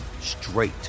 straight